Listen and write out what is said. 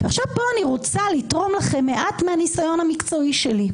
פה אני רוצה לתרום לכם מעט מהניסיון המקצועי שלי.